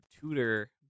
tutor